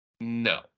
No